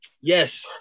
yes